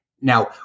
Now